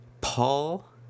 Paul